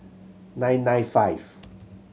nine nine five